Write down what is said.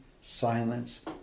silence